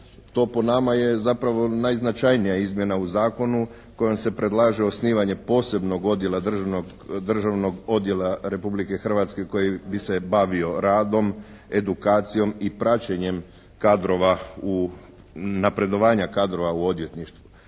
To po nama je zapravo najznačajnija izmjena u zakonu kojom se predlaže osnivanje posebnog odjela državnog odjela Republike Hrvatske koji bi se bavio radom, edukacijom i praćenjem kadrova, napredovanja kadrova u odvjetništvu.